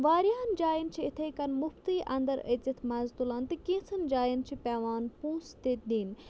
واریاہَن جایَن چھِ اِتھَے کَن مُفتٕے اَندَر أژِتھ مَزٕ تُلان تہٕ کینٛژھن جایَن چھِ پی۪وان پونٛسہٕ تہِ دِنۍ